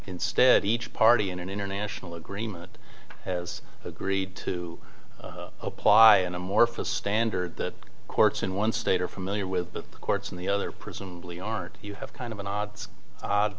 instead each party in an international agreement has agreed to apply an amorphous standard that courts in one state are familiar with the courts and the other presumably art you have kind of an odd